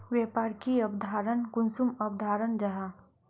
व्यापार की अवधारण कुंसम अवधारण जाहा?